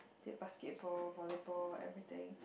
basketball volleyball everything